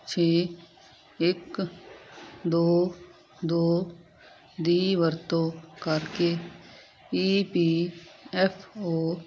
ਛੇ ਇੱਕ ਦੋ ਦੋ ਦੀ ਵਰਤੋਂ ਕਰਕੇ ਈ ਪੀ ਐੱਫ ਓ